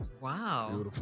Wow